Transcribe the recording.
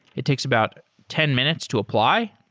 it takes about ten minutes to apply.